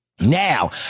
Now